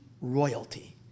royalty